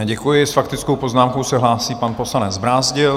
Děkuji s faktickou poznámkou se hlásí pan poslanec Brázdil.